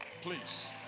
please